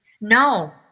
No